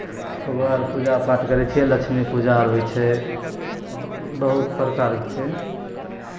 ओकरा बाद पूजा पाठ करै छियै लक्ष्मी पूजा आर होइ छै बहुत प्रकारके छै